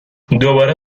دوباره